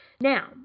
Now